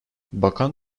bakan